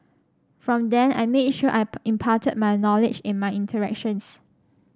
from then I made sure I imparted my knowledge in my interactions